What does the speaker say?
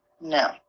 No